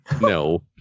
No